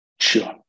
Sure